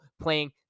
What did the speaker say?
playing